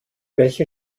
welche